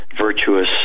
virtuous